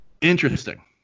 Interesting